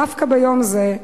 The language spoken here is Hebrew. דווקא ביום זה,